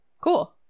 Cool